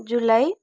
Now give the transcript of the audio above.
July